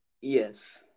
Yes